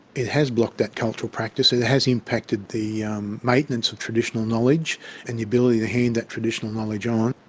it has blocked that cultural practice, it has impacted the um maintenance of traditional knowledge and the ability to hand that traditional knowledge on.